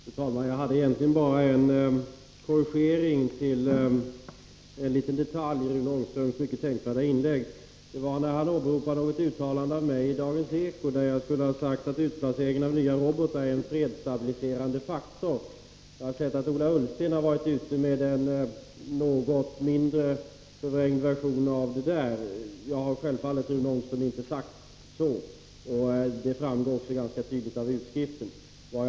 Fru talman! Jag vill egentligen bara göra en korrigering av en mening i Rune Ångströms mycket tänkvärda inlägg. Han åberopade ett uttalande av migi Dagens eko, där jag skulle ha sagt att utplaceringen av nya robotar är en fredsstabiliserande faktor. Jag har sett att Ola Ullsten varit ute med en något mindre förvrängd version av detta. Självfallet har jag inte sagt så, Rune Ångström, och det framgår också ganska tydligt av utskriften.